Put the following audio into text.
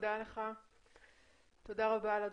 תודה רבה על הדברים.